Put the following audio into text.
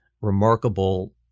remarkable